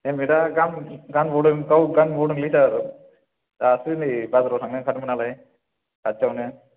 helmet आ गानबोदों औ गान्नो बावबोदोंलै सार दासो नै बाजाराव थांनो ओंखारदोंमोन नालाय खाथियावनो